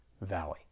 valley